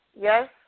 yes